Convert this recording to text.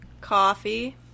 coffee